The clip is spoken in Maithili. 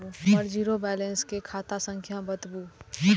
हमर जीरो बैलेंस के खाता संख्या बतबु?